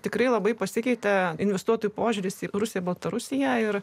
tikrai labai pasikeitė investuotojų požiūris į rusiją baltarusiją ir